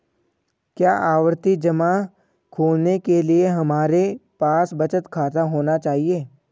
क्या आवर्ती जमा खोलने के लिए हमारे पास बचत खाता होना चाहिए?